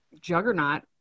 Juggernaut